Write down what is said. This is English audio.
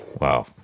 Wow